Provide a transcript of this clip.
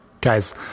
Guys